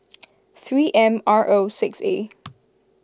three M R O six A